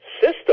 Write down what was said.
system